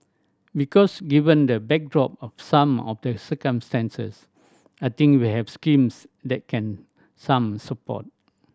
because given the backdrop of some of the circumstances I think we have schemes that can some support